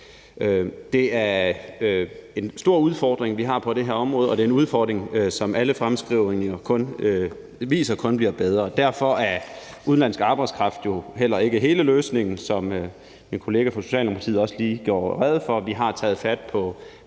Det er en stor udfordring, vi har på det her område. Og det er en udfordring, som alle fremskrivninger kun viser bliver større. Derfor er udenlandsk arbejdskraft jo heller ikke hele løsningen. Som min kollega fra Socialdemokratiet også lige gjorde rede for, har vi taget fat på